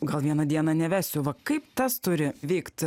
gal vieną dieną nevesiu va kaip tas turi vykt